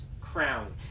crown